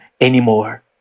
anymore